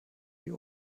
die